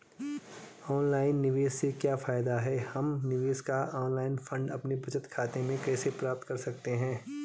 Online निवेश से क्या फायदा है हम निवेश का ऑनलाइन फंड अपने बचत खाते में कैसे प्राप्त कर सकते हैं?